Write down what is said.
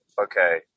okay